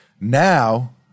Now